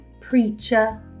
preacher